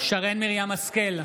שרן מרים השכל,